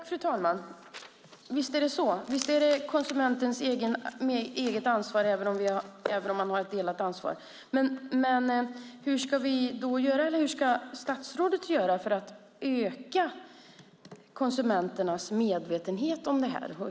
Fru talman! Visst är det konsumentens eget ansvar även om ansvaret är delat. Hur ska statsrådet göra för att öka konsumenternas medvetenhet om detta?